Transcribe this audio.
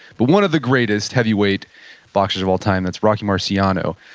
but one of the greatest heavyweight boxers of all time, that's rocky marciano.